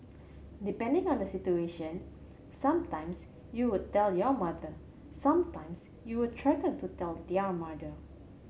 depending on the situation some times you would tell your mother some times you will threaten to tell their mother